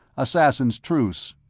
assassins' truce!